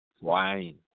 wine